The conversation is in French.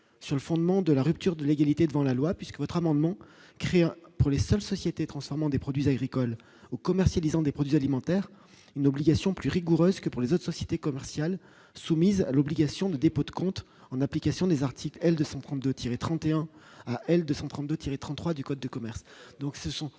sur le fondement de la rupture de l'égalité devant la loi, puisque votre amendement créant pour les seules sociétés transformant des produits agricoles ou commercialisant des produits alimentaires, une obligation plus rigoureuse que pour les autres sociétés commerciales soumise à l'obligation de dépôt de comptes en application des articles L 232 tiré 31 L 232 tiré 33 du code de commerce,